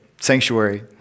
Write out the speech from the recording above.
sanctuary